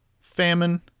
famine